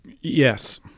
Yes